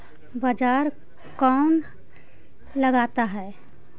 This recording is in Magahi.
बाजार कौन लगाता है?